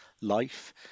life